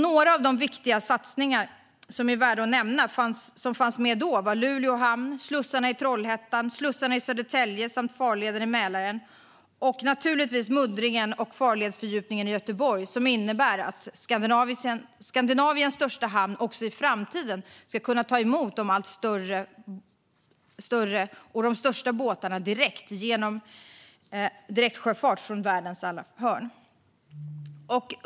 Några av de viktiga satsningar på sjöfarten som fanns med där och som är värda att nämna är Luleå hamn, slussarna i Trollhättan, slussarna i Södertälje samt farleden i Mälaren. Värd att nämna är naturligtvis även muddringen och farledsfördjupningen i Göteborg, som innebär att Skandinaviens största hamn i framtiden ska kunna ta emot allt större båtar - även de största - genom direktsjöfart från världens alla hörn.